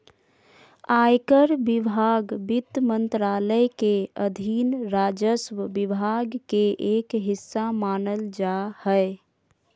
आयकर विभाग वित्त मंत्रालय के अधीन राजस्व विभाग के एक हिस्सा मानल जा हय